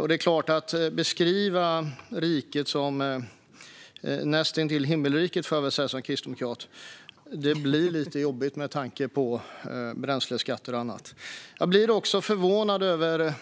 Och att beskriva riket som nära nog himmelriket, får jag väl säga som kristdemokrat, blir lite jobbigt med tanke på bränsleskatter och annat. Jag blir också förvånad över